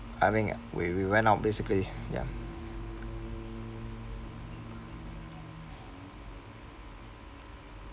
I mean we we went out basically ya